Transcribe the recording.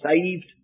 saved